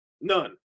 None